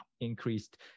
increased